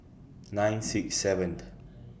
nine six seven